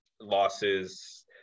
losses